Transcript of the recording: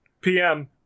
PM